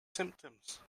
symptoms